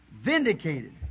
vindicated